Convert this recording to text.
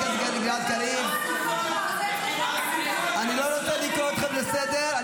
אני לא רוצה לקרוא אותך בקריאה.